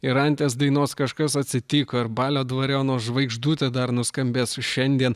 ir anties dainos kažkas atsitiko ir balio dvariono žvaigždutė dar nuskambės šiandien